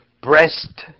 breast